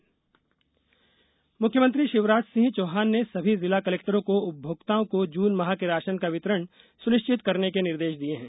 ration समीक्षा मुख्यमंत्री शिवराज सिंह चौहान ने सभी जिला कलेक्टरों को उपभोक्ताओं को जून माह के राशन का वितरण सुनिश्चित करने के निर्देश दिये हैं